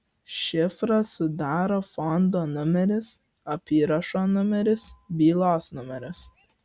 šifrą sudaro fondo numeris apyrašo numeris bylos numeris